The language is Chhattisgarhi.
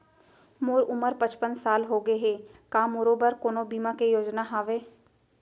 मोर उमर पचपन साल होगे हे, का मोरो बर कोनो बीमा के योजना हावे?